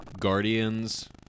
Guardians